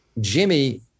Jimmy